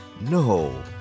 No